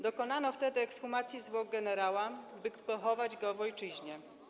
Dokonano wtedy ekshumacji zwłok generała, by pochować go w ojczyźnie.